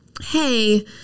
hey